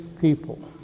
people